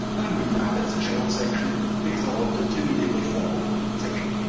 and i'm going to add it as a child section because i want it to immediately follow the title.